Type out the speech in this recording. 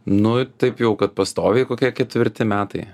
nu taip jau kad pastoviai kokie ketvirti metai